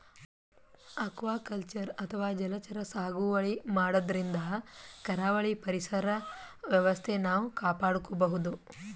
aquaculture ಅಥವಾ ಜಲಚರ ಸಾಗುವಳಿ ಮಾಡದ್ರಿನ್ದ ಕರಾವಳಿ ಪರಿಸರ್ ವ್ಯವಸ್ಥೆ ನಾವ್ ಕಾಪಾಡ್ಕೊಬಹುದ್